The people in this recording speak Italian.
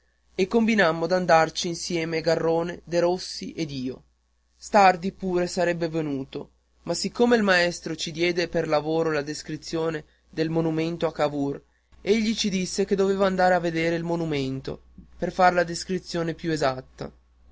e combinammo d'andarci insieme garrone derossi ed io stardi pure sarebbe venuto ma siccome il maestro ci diede per lavoro la descrizione del monumento a cavour egli ci disse che doveva andar a vedere il monumento per far la descrizione più esatta